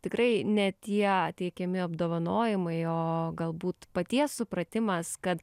tikrai ne tie teikiami apdovanojimai o galbūt paties supratimas kad